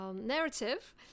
narrative